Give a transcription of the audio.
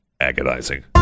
Agonizing